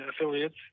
affiliates